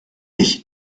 ich